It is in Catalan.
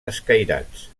escairats